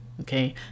okay